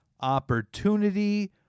opportunity